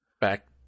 Back